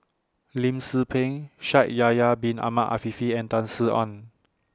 Lim Tze Peng Shaikh Yahya Bin Ahmed Afifi and Tan Sin Aun